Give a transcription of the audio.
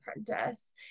apprentice